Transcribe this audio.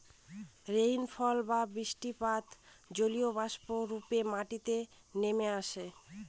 rainfall বা বৃষ্টিপাত জলীয়বাষ্প রূপে মাটিতে নেমে আসে